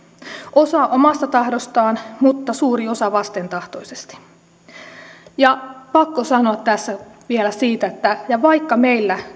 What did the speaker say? osa omasta tahdostaan mutta suuri osa vastentahtoisesti on pakko sanoa tässä vielä siitä että vaikka meillä